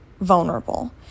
vulnerable